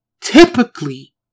Typically